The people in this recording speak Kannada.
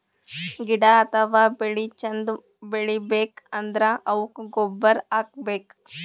ಗಿಡ ಅಥವಾ ಬೆಳಿ ಚಂದ್ ಬೆಳಿಬೇಕ್ ಅಂದ್ರ ಅವುಕ್ಕ್ ಗೊಬ್ಬುರ್ ಹಾಕ್ಬೇಕ್